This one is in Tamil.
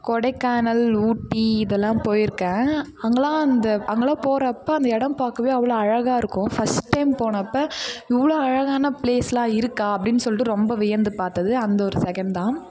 கொடைக்கானல் ஊட்டி இதெல்லாம் போயிருக்கேன் அங்கெல்லாம் அந்த அங்கெல்லாம் போகிறப்ப அந்த இடம் பார்க்கவே அவ்வளோ அழகாக இருக்கும் ஃபஸ்ட் டைம் போனப்போ இவ்வளோ அழகான பிளேஸ்லாம் இருக்குது அப்படின்னு சொல்லிட்டு ரொம்ப வியந்து பார்த்தது அந்த ஒரு செகண்ட் தான்